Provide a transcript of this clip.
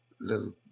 little